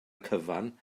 cyfan